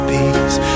Peace